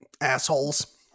Assholes